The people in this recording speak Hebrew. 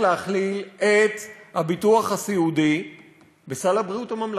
להכליל את הביטוח הסיעודי בסל הבריאות הממלכתי.